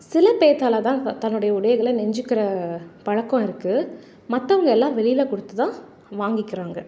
சில பேர்த்தாலதான் தன்னுடைய உடைகளை நெஞ்சிக்கிற பழக்கம் இருக்குது மற்றவங்க எல்லாம் வெளியில் கொடுத்துதான் வாங்கிக்கிறாங்க